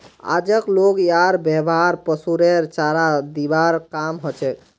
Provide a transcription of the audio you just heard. आजक लोग यार व्यवहार पशुरेर चारा दिबार काम हछेक